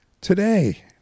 today